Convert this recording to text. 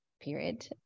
period